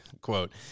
quote